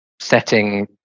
setting